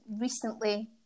recently